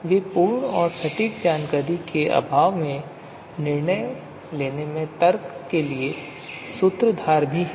वे पूर्ण और सटीक जानकारी के अभाव में निर्णय लेने में तर्क के लिए सूत्रधार भी हैं